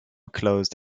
closed